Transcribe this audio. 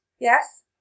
Yes